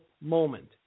moment